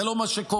זה לא מה שקורה.